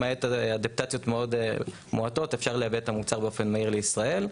למעט אדפטציות מאוד מועטות אפשר לייבא את המוצר באופן מהיר לישראל.